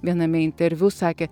viename interviu sakė